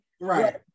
Right